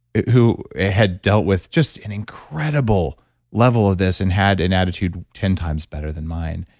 who had dealt with just an incredible level of this and had an attitude ten times better than mine.